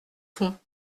font